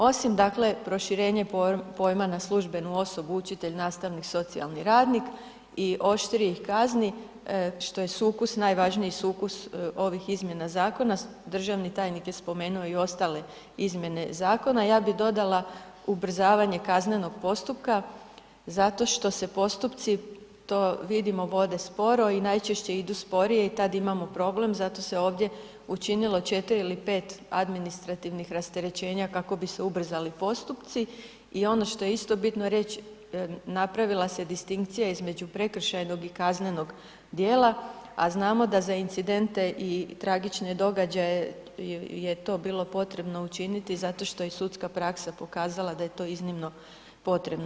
Osim proširenje pojma na službenu osobu učitelj, nastavnik, socijalni radnik i oštrijih kazni, što je sukus, najvažniji sukus ovih izmjena zakona, državni tajnik je spomenuo i ostale izmjene zakona, ja bi dodala ubrzavanje kaznenog postupka zato što se postupci, to vidimo, vode sporo i najčešće idu sporije i tad imamo problem, zato se ovdje učinilo 4 ili 5 administrativnih rasterećenja kako bi se ubrzali postupci i ono što je isto bitno reći, napravila se distinkcija između prekršajnog i kaznenog djela a znamo da za incidente i tragične događaje je to bilo potrebno učiniti zato što je sudska praksa pokazala da je to iznimno potrebno.